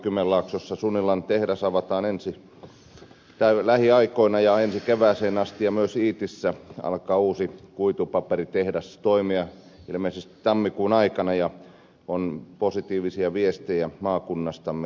sunilan tehdas avataan lähiaikoina ensi kevääseen asti ja myös iitissä alkaa uusi kuitupaperitehdas toimia ilmeisesti tammikuun aikana ja on positiivisia viestejä maakunnastamme kerrottavaksi